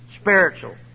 spiritual